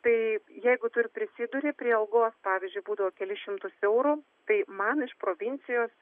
tai jeigu tu ir prisiduri prie algos pavyzdžiui būdavo kelis šimtus eurų tai man iš provincijos